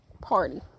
Party